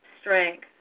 strength